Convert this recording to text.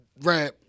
rap